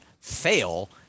fail